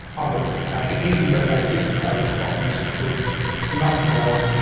and if you can work out a system by which botanists could run the world,